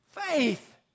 Faith